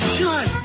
shut